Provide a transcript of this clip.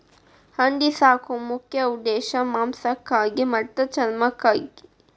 ಹಂದಿ ಸಾಕು ಮುಖ್ಯ ಉದ್ದೇಶಾ ಮಾಂಸಕ್ಕಾಗಿ ಮತ್ತ ಚರ್ಮಕ್ಕಾಗಿ